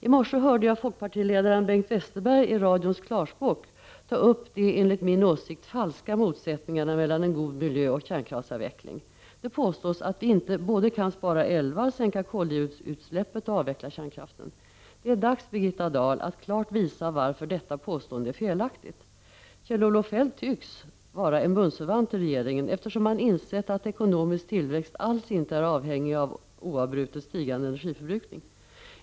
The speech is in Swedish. I morse hörde jag folkpartiledaren Bengt Westerberg i radions Klarspråk ta upp de enligt min åsikt falska motsättningarna mellan en god miljö och kärnkraftsavveckling. Det påstås att vi inte kan både spara älvarna, sänka koldioxidutsläppen och avveckla kärnkraften. Det är dags, Birgitta Dahl, att klart visa varför detta påstående är felaktigt. Kjell-Olof Feldt tycks vara en bundsförvant i regeringen, eftersom han har insett att ekonomisk tillväxt alls inte är avhängig av oavbrutet stigande energiförbrukning.